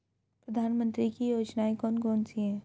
प्रधानमंत्री की योजनाएं कौन कौन सी हैं?